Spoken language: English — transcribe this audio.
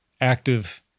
active